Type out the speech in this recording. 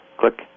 click